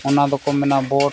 ᱚᱱᱟ ᱫᱚᱠᱚ ᱢᱮᱱᱟ ᱵᱳᱴ